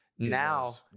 Now